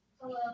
Hello